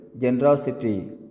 generosity